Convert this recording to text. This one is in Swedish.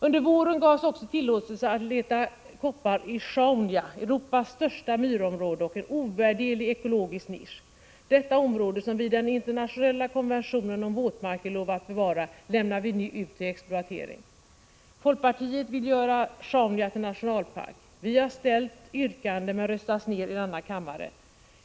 Under våren gavs också tillåtelse att leta koppar i Sjauna, Europas största myrområde och en ovärderlig ekologisk nisch. Detta område, som vi i den internationella konventionen om våtmarker har lovat att bevara, lämnar vi ut till exploatering! Folkpartiet vill göra Sjauna till nationalpark. Vi har framställt yrkande härom men röstats ner i denna kammare.